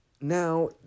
Now